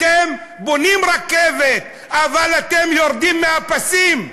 אתם בונים רכבת, אבל אתם יורדים מהפסים.